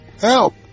help